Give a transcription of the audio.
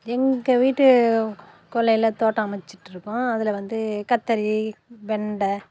எங்கள் வீட்டு கொல்லையில் தோட்டம் அமைச்சிட்டுருக்கோம் அதில் வந்து கத்தரி வெண்டை